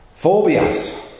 Phobias